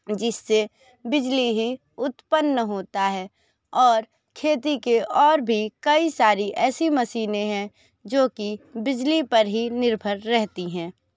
जिससे बिजली ही उत्पन्न होता है और खेती के और भी कई सारी ऐसी मशीनें हैं जोकि बिजली पर ही निर्भर रहती हैं